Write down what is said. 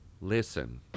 Listen